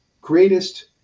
greatest